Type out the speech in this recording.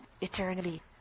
eternally